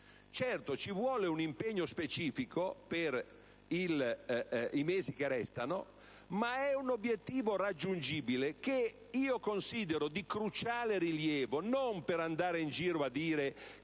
Certo, ci vuole un impegno specifico per i mesi che restano, ma è un obiettivo raggiungibile, che io considero di cruciale rilievo, non per andare in giro a dire che